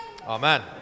Amen